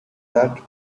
that